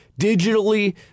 digitally